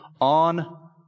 on